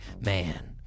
man